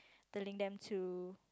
telling them to